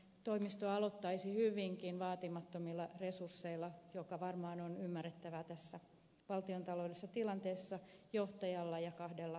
toimisto aloittaisi hyvinkin vaatimattomilla resursseilla mikä varmaan on ymmärrettävää tässä valtiontaloudellisessa tilanteessa johtajalla ja kahdella työntekijällä